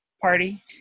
party